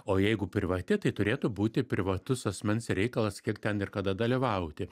o jeigu privati tai turėtų būti privatus asmens reikalas kiek ten ir kada dalyvauti